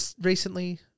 recently